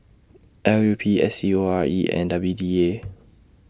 L U P S C O R E and W D A